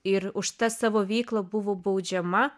ir už savo veiklą buvo baudžiama